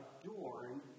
adorn